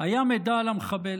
היה מידע מוקדם על המחבל,